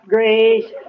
Grace